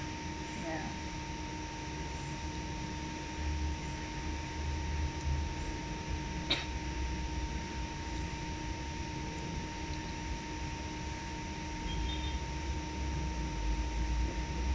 ya